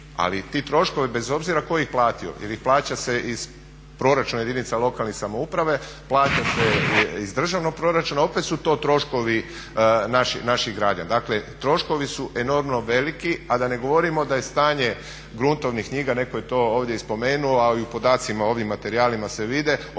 ali ti troškovi bez obzira tko ih platio jer ih plaća se iz proračuna jedinica lokalne samouprave, plaća se iz državnog proračuna, opet su to troškovi naših građana. Dakle troškovi su enormno veliki, a da ne govorimo da je stanje gruntovnih knjiga, netko je to ovdje i spomenuo, a i u podacima ovim materijalima se vide, o